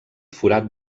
forat